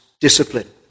discipline